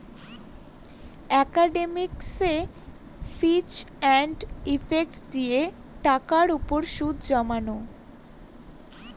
ইকনমিকসে ফিচ and effective দিয়ে টাকার উপর সুদ জমানো